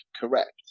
correct